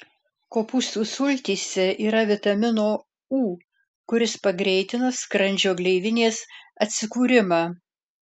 kopūstų sultyse yra vitamino u kuris pagreitina skrandžio gleivinės atsikūrimą